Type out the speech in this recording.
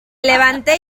levanté